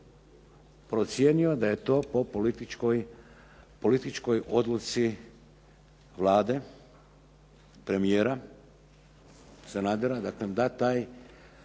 procijenio da je to po političkoj odluci Vlade, premijera, Sanadera, dakle da se